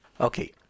Okay